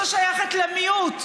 ששייכת למיעוט,